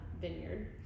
vineyard